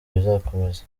bizakomeza